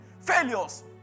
failures